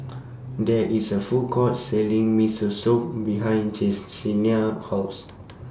There IS A Food Court Selling Miso Soup behind Jessenia's House